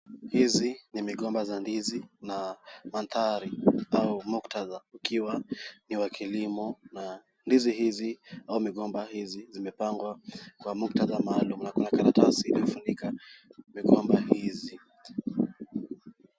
Hizi ni migomba za ndizi na mandhari au muktadha ukiwa ni wa kilimo na ndizi hizi au migomba zimepangwa kwa muktadha maalum na kuna karatasi imefunika migomba hizi.